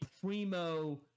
primo